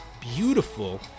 beautiful